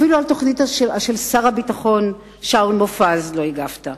אפילו על תוכניתו של שר הביטחון שאול מופז לא הגבת.